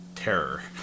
terror